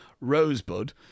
Rosebud